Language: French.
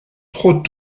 trop